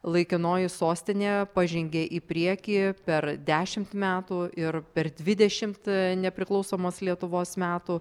laikinoji sostinė pažengė į priekį per dešimt metų ir per dvidešimt nepriklausomos lietuvos metų